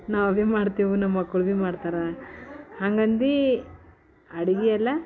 ನಾವೇ ಮಾಡ್ತೇವೆ ನಮ್ಮ ಮಕ್ಕಳೂ ಭೀ ಮಾಡ್ತಾರೆ ಹಾಂಗಂದು ಅಡುಗೆ ಎಲ್ಲ